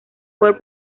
por